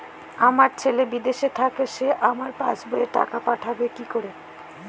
আমার ছেলে বিদেশে থাকে সে আমার পাসবই এ টাকা পাঠাতে পারবে কি?